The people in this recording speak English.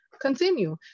continue